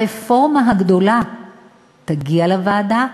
הרפורמה הגדולה תגיע לוועדה,